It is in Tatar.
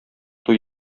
туй